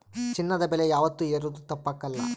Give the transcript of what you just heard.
ಚಿನ್ನದ ಬೆಲೆ ಯಾವಾತ್ತೂ ಏರೋದು ತಪ್ಪಕಲ್ಲ